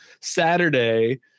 saturday